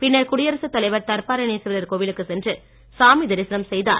பின்னர் குடியரசு தலைவர் தர்பாரண்யேஸ்வரர் கோவிலுக்கு சென்று சாமி தரிசனம் செய்தார்